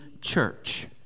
church